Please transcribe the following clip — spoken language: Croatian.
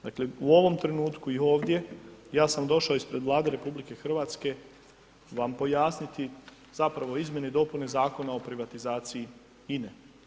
Dakle, u ovom trenutku i ovdje, ja sam došao ispred Vlade RH, vam pojasniti, zapravo izmjene i dopune Zakona o privatizaciji INA-e.